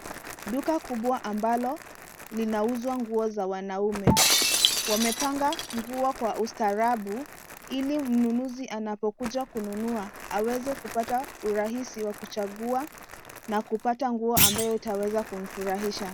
Duka kubwa ambalo linauzwa nguo za wanaume. Wamepanga kuwa kwa ustaarabu ili mnunuzi anapokuja kununua aweze kupata urahisi wa kuchagua na kupata nguo ambayo itaweza kumfurahisha.